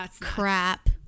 crap